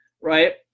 Right